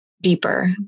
deeper